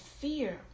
fear